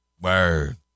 Word